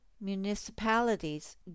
municipalities